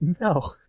No